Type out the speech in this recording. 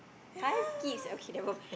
five kids okay never mind